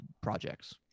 projects